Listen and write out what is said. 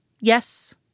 Yes